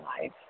life